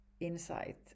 insight